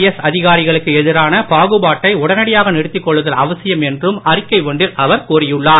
எஸ்அதிகாரிகளுக்குஎதிரானபாகுபாட்டைஉடனடியாகநிறுத்தி க்கொள்ளுதல்அவசியம்என்றும் அறிக்கைஒன்றில்அவர்கூறியுள்ளார்